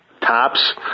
tops